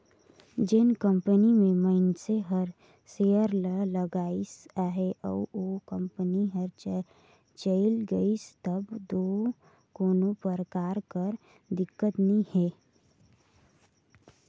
जेन कंपनी में मइनसे हर सेयर ल लगाइस अहे अउ ओ कंपनी हर चइल गइस तब दो कोनो परकार कर दिक्कत नी हे